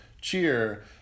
cheer